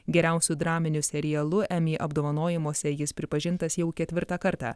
geriausiu draminiu serialu emmy apdovanojimuose jis pripažintas jau ketvirtą kartą